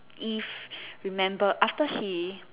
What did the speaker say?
eve remember after she